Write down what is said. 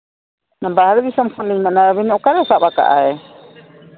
ᱵᱟᱦᱨᱮ ᱫᱤᱥᱚᱢ ᱠᱷᱚᱱᱞᱤᱧ ᱢᱮᱱᱮᱫᱼᱟ ᱚᱠᱟᱨᱮ ᱥᱟᱵ ᱠᱟᱜᱼᱟᱭ